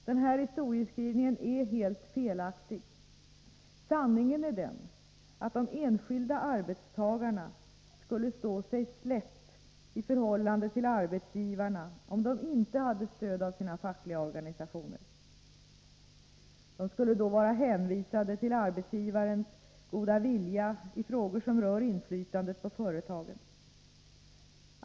Den här historieskrivningen är helt felaktig. Sanningen är den att de enskilda arbetstagarna skulle stå sig slätt i förhållande till arbetsgivarna om de inte hade stöd av sina fackliga organisationer. De skulle då vara hänvisade till arbetsgivarens goda vilja i frågor som rör inflytandet i företagen.